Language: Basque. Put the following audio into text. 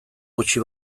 gutxi